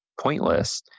pointless